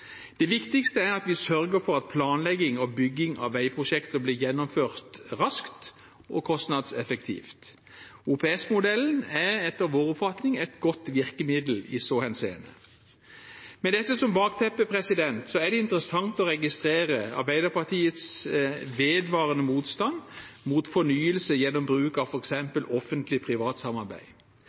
Det viktigste er at vi sørger for at planlegging og bygging av veiprosjekter blir gjennomført raskt og kostnadseffektivt. OPS-modellen er etter vår oppfatning et godt virkemiddel i så henseende. Med dette som bakteppe er det interessant å registrere Arbeiderpartiets vedvarende motstand mot fornyelse gjennom bruk av f.eks. offentlig-privat samarbeid. I innstillingen leser jeg at Arbeiderpartiet fortsatt hevder sin motstand mot privat